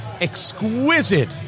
exquisite